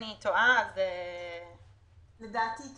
אנחנו מייצרים